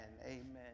amen